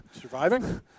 Surviving